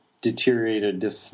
deteriorated